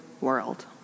world